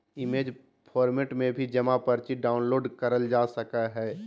image format में भी जमा पर्ची डाउनलोड करल जा सकय हय